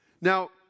Now